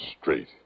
straight